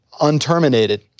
unterminated